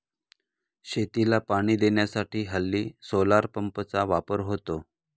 शेतीला पाणी देण्यासाठी हल्ली सोलार पंपचा वापर होतो